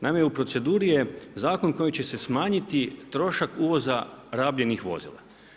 Naime, u proceduri je zakon koji će se smanjiti trošak uvoza rabljenih vozila.